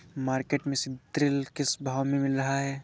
Market में सीद्रिल किस भाव में मिल रहा है?